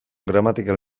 gramatikal